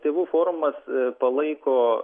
tėvų forumas palaiko